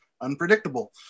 unpredictable